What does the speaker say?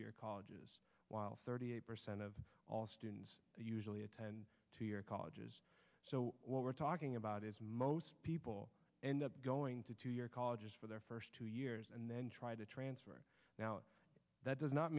college while thirty eight percent of all students usually a two year colleges so what we're talking about is most people end up going to two year colleges for their first two years and then try to transfer now that does not